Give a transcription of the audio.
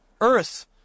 earth